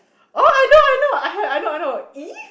oh I know I know I had I know I know